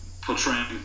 portraying